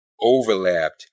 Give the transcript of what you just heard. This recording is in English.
overlapped